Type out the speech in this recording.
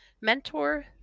mentor